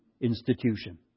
institution